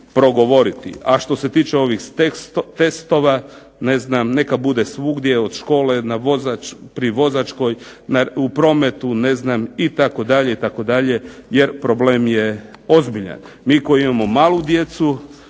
A što se tiče ovih testova, ne znam, neka bude svugdje od škole pri vozačkoj, u prometu, ne znam itd., itd. jer problem je ozbiljan. Mi koji imamo malu djecu